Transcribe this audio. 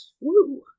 Woo